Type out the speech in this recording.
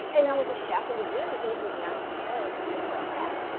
and i was a chef. it was very easy to not use oils. as a matter of fact,